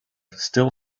still